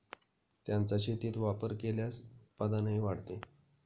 त्यांचा शेतीत वापर केल्यास उत्पादनही वाढते